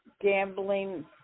gambling